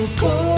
go